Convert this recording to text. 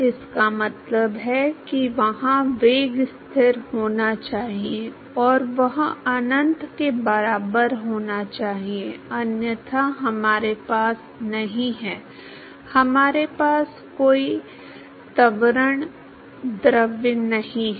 इसका मतलब है कि वहां वेग स्थिर होना चाहिए और वह अनंत के बराबर होना चाहिए अन्यथा हमारे पास नहीं है हमारे पास कोई त्वरण द्रव नहीं है